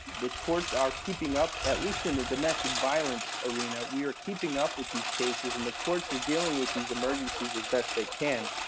the courts are keeping up, at least in the domestic violence arena, we are keeping up with these cases and the courts are dealing with these emergencies as best they can.